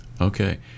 Okay